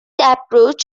approach